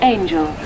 Angel